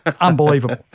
unbelievable